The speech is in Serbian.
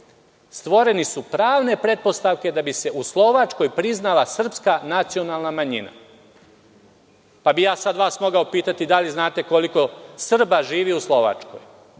Stvorene su pravne pretpostavke da bi se u Slovačkoj priznala srpska nacionalna manjina. Sada bih ja vas mogao pitati – da li znate koliko Srba živi u Slovačkoj?